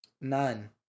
None